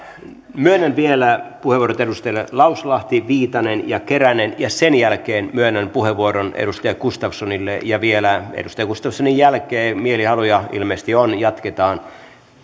myönnän vielä puheenvuorot edustajille lauslahti viitanen ja keränen ja sen jälkeen myönnän puheenvuoron edustaja gustafssonille vielä edustaja gustafssonin jälkeen mielihaluja ilmeisesti on ja jatketaan